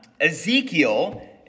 Ezekiel